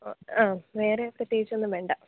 വേറെ പ്രത്യേകിച്ചൊന്നും വേണ്ട